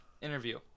Interview